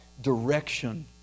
direction